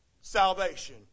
salvation